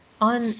on